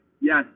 yes